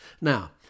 Now